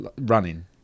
running